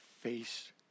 face